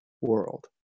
world